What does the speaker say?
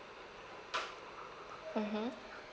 mmhmm